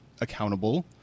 accountable